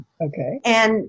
Okay